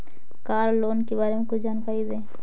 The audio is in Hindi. कार लोन के बारे में कुछ जानकारी दें?